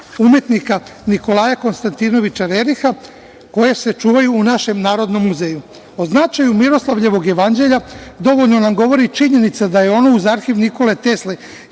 umetnika Nikolaja Konstantinoviča Reriha koje se čuvaju u našem Narodnom muzeju. O značaju Miroslavljevog jevanđelja dovoljno nam govori činjenica da je ono uz arhiv Nikole Tesle